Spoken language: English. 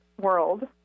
world